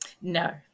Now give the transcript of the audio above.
No